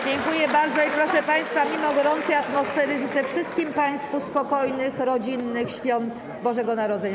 Dziękuję bardzo, proszę państwa, i mimo gorącej atmosfery życzę wszystkim państwu spokojnych, rodzinnych świąt Bożego Narodzenia.